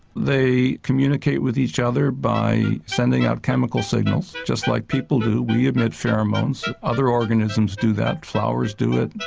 they communicate with each other by sending out chemical signals just like people do, we emit pheromones, other organisms do that, flowers do it,